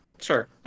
sure